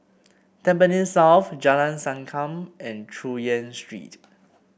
Tampines South Jalan Sankam and Chu Yen Street